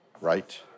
right